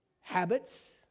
habits